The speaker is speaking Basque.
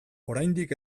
oraindik